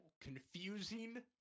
confusing